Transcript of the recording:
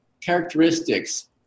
characteristics